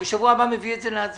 בשבוע הבא אני מביא את זה להצבעה.